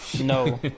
No